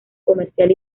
comercial